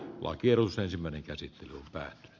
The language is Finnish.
walker usa ensimmäinen käsittely pää ja